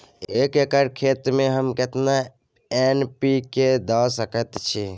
एक एकर खेत में हम केतना एन.पी.के द सकेत छी?